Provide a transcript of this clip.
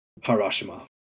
Harashima